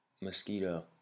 mosquito